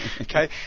okay